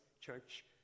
church